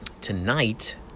tonight